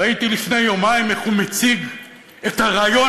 ראיתי לפני יומיים איך הוא מציג את הרעיון